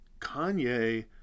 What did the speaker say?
Kanye